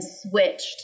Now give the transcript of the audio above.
switched